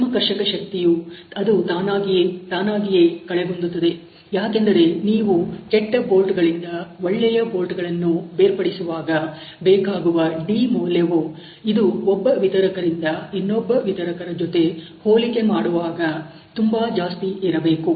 ಅಂತಿಮ ಕರ್ಷಕ ಶಕ್ತಿಯಅದು ತಾನಾಗಿಯೇ ಕಳೆಗುಂದುತ್ತದೆ ಯಾಕೆಂದರೆ ನೀವು ಕೆಟ್ಟ ಬೋಲ್ಟ್ ಗಳಿಂದ ಒಳ್ಳೆಯ ಬೋಲ್ಟ್ಗಳನ್ನು ಬೇರ್ಪಡಿಸುವಾಗ ಬೇಕಾಗುವ d ಮೌಲ್ಯವು ಇದು ಒಬ್ಬ ವಿತರಕರಿಂದ ಇನ್ನೊಬ್ಬ ವಿತರಕರ ಜೊತೆ ಹೋಲಿಕೆ ಮಾಡುವಾಗ ತುಂಬಾ ಜಾಸ್ತಿ ಇರಬೇಕು